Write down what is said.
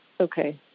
Okay